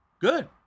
Good